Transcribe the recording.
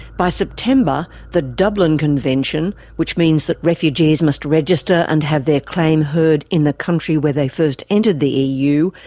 by september, the dublin convention, which means that refugees must register and have their claim heard in the country where they first entered the eu,